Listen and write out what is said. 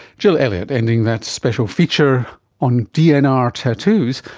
jill elliott, ending that special feature on dnr tattoos,